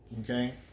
okay